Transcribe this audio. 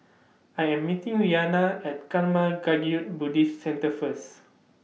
I Am meeting Rhianna At Karma Kagyud Buddhist Centre First